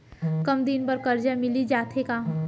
कम दिन बर करजा मिलिस जाथे का?